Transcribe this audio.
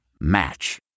Match